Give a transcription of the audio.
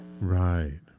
Right